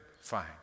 fine